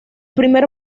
primer